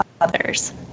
others